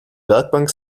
werkbank